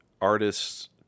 artists